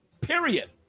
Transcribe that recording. period